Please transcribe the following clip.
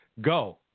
go